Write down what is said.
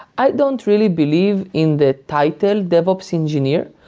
i don't really believe in the title devops engineer.